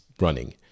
running